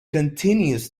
continues